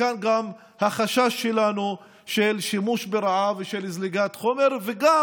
מכאן גם החשש שלנו משימוש לרעה ומזליגת חומר, וגם,